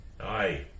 Aye